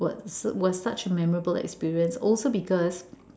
was was such a memorable experience also because